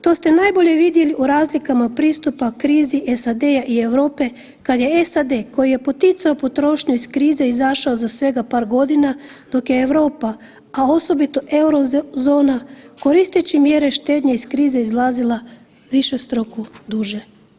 To ste najbolje vidjeli u razlikama pristupa krizi SAD-a i Europe kad je SAD, koji je poticao potrošnju iz krize izašao za svega par godina, dok je Europa, a osobito Eurozona, koristeći mjere štednje iz krize izlazile višestruko duže.